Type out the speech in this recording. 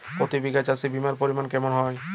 প্রতি বিঘা চাষে বিমার পরিমান কেমন হয়?